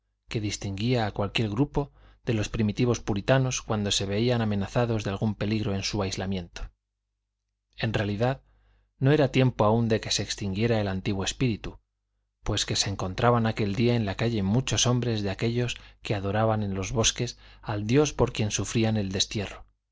que distinguía a cualquier grupo de los primitivos puritanos cuando se veían amenazados de algún peligro en su aislamiento en realidad no era tiempo aún de que se extinguiera el antiguo espíritu pues que se encontraban aquel día en la calle muchos hombres de aquellos que adoraban en los bosques al dios por quien sufrían el destierro